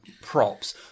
props